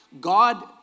God